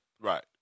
Right